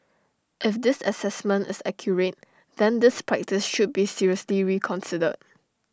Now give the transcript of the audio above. if this Assessment is accurate then this practice should be seriously reconsidered